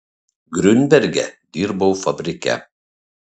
griunberge dirbau fabrike